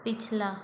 पिछला